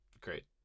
Great